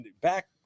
back